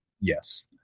Yes